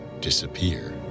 disappear